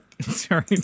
sorry